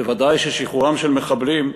ודאי ששחרורם של מחבלים,